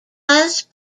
does